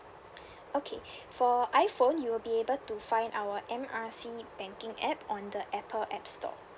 okay for iphone you will be able to find our M R C banking app on the apple app store